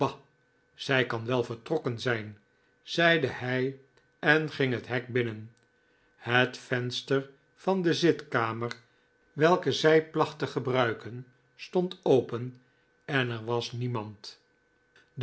zij lean wel vertrokken zijn zeide hij en ging het hek binnen het venster van de zitkamer welke zij placht te gebruiken stond open en er was niemand